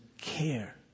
care